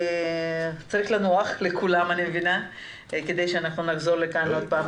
כולם צריכים קצת לנוח כדי שנחזור לכאן רעננים.